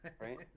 right